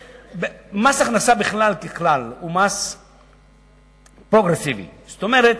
מס הכנסה בכלל ככלל הוא מס פרוגרסיבי, זאת אומרת,